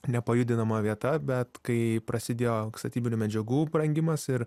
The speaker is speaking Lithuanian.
nepajudinama vieta bet kai prasidėjo statybinių medžiagų brangimas ir